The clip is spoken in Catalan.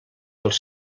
els